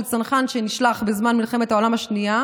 צנחן שנשלח בזמן מלחמת העולם השנייה